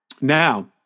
now